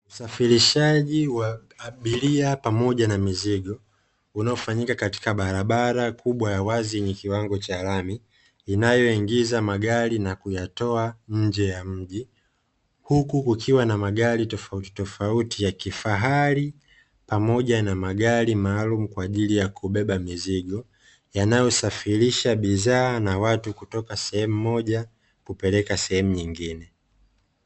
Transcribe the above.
Usafirishaji wa abiria pamoja na mizigo, unaofanyika katika barabara kubwa ya wazi yenye kiwango cha lami, inayoingiza magari na kuyatoa nje ya mji, huku kukiwa na magari tofautitofauti ya kifahari pamoja na magari maalumu kwa ajili ya kubeba mizigo, yanayosafirisha bidhaa na watu kutoka sehemu moja kupeleka sehemu nyingine.